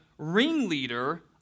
ringleader